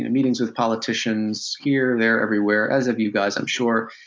yeah meetings with politicians here, there, everywhere, as have you guys, i'm sure.